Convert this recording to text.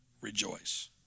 rejoice